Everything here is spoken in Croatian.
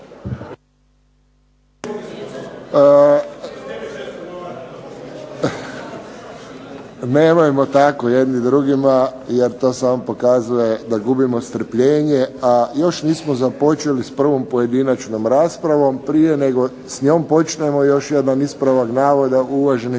Nemojmo tako jedni drugima jer to samo pokazuje da gubimo strpljenje, a još nismo započeli s prvom pojedinačnom raspravom. Prije nego s njom počnemo još jedan ispravak navoda, uvaženi